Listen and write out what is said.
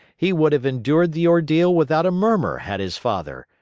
he would have endured the ordeal without a murmur had his father,